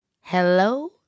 hello